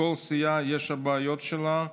לכל סיעה יש הבעיות שלה,